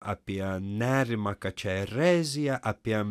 apie nerimą kad čia erezija apie